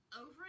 Over